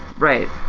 right.